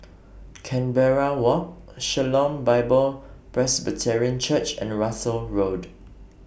Canberra Walk Shalom Bible Presbyterian Church and Russels Road